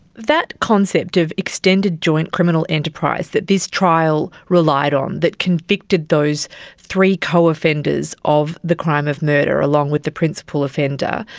that concept of extended joint criminal enterprise that this trial relied on that convicted those three co-offenders of the crime of murder along with the principal offender,